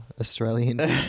Australian